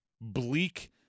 bleak